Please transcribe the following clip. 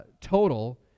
total